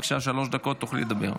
בבקשה, שלוש דקות, תוכלי לדבר.